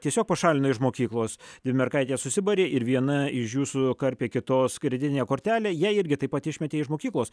tiesiog pašalina iš mokyklos dvi mergaitės susibarė ir viena iš jų sukarpė kitos kreditinę kortelę ją irgi taip pat išmetė iš mokyklos